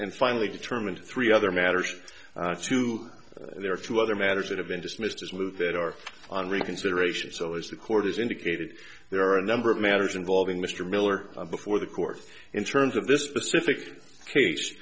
and finally determined three other matters too there are two other matters that have been dismissed as move that are on reconsideration so as the court has indicated there are a number of matters involving mr miller before the court in terms of this specific ca